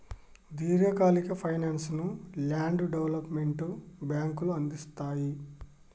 దీర్ఘకాలిక ఫైనాన్స్ ను land development బ్యేంకులు అందిస్తయ్